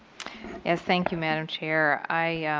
yes, thank you, madam chair. i